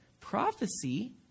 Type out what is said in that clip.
prophecy